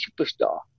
superstar